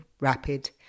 rapid